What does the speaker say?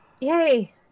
Yay